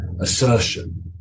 assertion